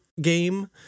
game